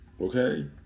Okay